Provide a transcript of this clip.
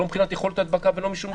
לא מבחינת יכולת הדבקה ולא בשום דבר אחר.